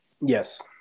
Yes